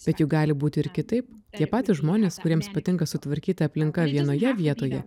bet juk gali būti ir kitaip tie patys žmonės kuriems patinka sutvarkyta aplinka vienoje vietoje